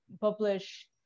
publish